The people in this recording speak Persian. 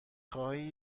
خواهی